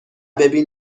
ببین